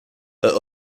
are